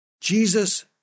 Jesus